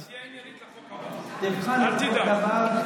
אל תדאג.